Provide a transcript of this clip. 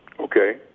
Okay